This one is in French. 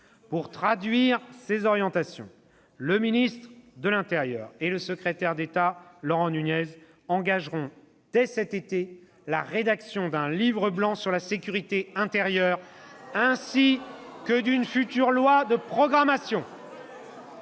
Pour traduire ces orientations, le ministre de l'intérieur et le secrétaire d'État engageront, dès cet été, la rédaction d'un Livre blanc sur la sécurité intérieure ainsi que d'une future loi de programmation.